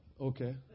Okay